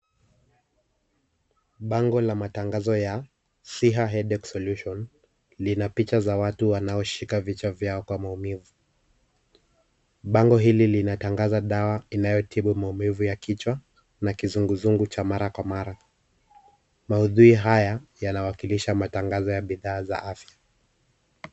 Bango ya matangazo ya SIHA HEADACHE SOLUTION lina picha za watu wanaoshika vichwa vyao kwa maumivu. Bango hili linatangaza dawa linalotibu maumivu ya kichwa na kizunguzungu ya mara kwa mara. Maudhui haya yanawakilisha matangazo ya bidhaa za afya.